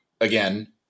again